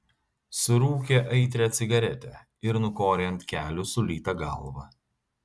surūkė aitrią cigaretę ir nukorė ant kelių sulytą galvą